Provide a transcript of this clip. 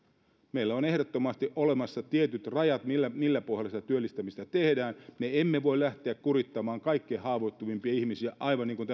meillä on ehdottomasti olemassa tietyt rajat millä pohjalla sitä työllistämistä tehdään me emme voi lähteä kurittamaan kaikkein haavoittuvimpia ihmisiä toisin kuin